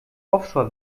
offshore